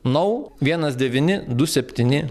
nau vienas devyni du septyni